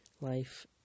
life